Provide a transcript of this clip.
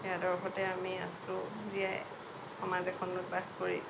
সেই আদৰ্শতে আমি আছোঁ জীয়াই সমাজ এখনত বাস কৰি